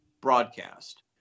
broadcast